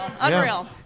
Unreal